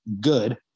Good